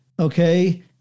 Okay